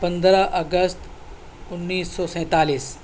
پندرہ اگست انیس سو سیتالس